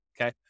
Okay